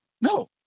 no